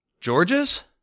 George's